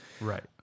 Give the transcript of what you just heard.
Right